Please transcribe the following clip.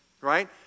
right